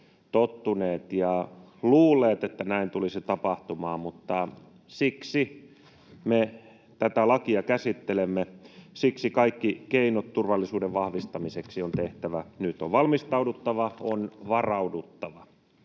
tottuneet ja luulleet, että näin tulisi tapahtumaan. Mutta siksi me tätä lakia käsittelemme. Siksi kaikki keinot turvallisuuden vahvistamiseksi on tehtävä. Nyt on valmistauduttava, on varauduttava.